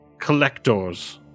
collectors